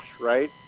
right